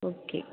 okay